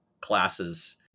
classes